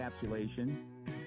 encapsulation